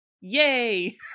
Yay